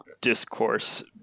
discourse